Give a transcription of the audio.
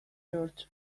george